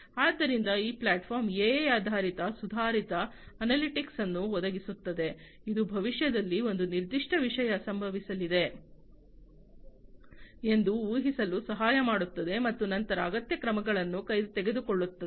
ಆದ್ದರಿಂದ ಈ platform AI ಆಧಾರಿತ ಸುಧಾರಿತ ಅನಾಲಿಟಿಕ್ಸ್ ಅನ್ನು ಒದಗಿಸುತ್ತದೆ ಇದು ಭವಿಷ್ಯದಲ್ಲಿ ಒಂದು ನಿರ್ದಿಷ್ಟ ವಿಷಯ ಸಂಭವಿಸಲಿದೆ ಎಂದು ಊಹಿಸಲು ಸಹಾಯ ಮಾಡುತ್ತದೆ ಮತ್ತು ನಂತರ ಅಗತ್ಯ ಕ್ರಮಗಳನ್ನು ತೆಗೆದುಕೊಳ್ಳುತ್ತದೆ